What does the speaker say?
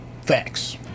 Facts